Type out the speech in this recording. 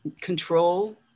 control